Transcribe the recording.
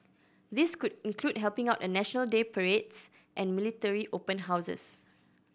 this could include helping out at National Day parades and military open houses